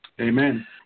Amen